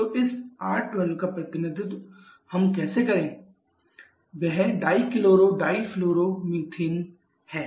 तो इस R12 का प्रतिनिधित्व कैसे करें R11 ≡ CCl2F2 वह डाइक्लोरोडीफ्लोरोमीथेन है